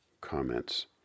comments